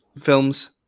films